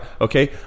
Okay